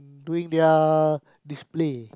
doing their display